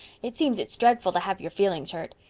it seems it's dreadful to have your feelings hurt.